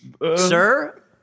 Sir